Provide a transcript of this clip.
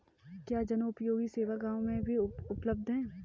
क्या जनोपयोगी सेवा गाँव में भी उपलब्ध है?